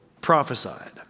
prophesied